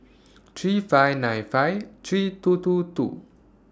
three five nine five three two two two